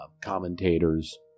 commentators